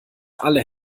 alle